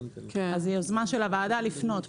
ואז זאת יוזמה של הוועדה לפנות.